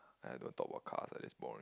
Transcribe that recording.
!aiya! don't talk about cars ah this boring